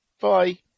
bye